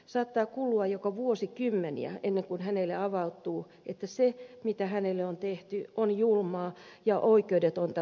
saattaa kulua jopa vuosikymmeniä ennen kuin hänelle avautuu että se mitä hänelle on tehty on julmaa ja oikeudetonta väkivaltaa